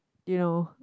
you know